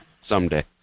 Someday